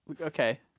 Okay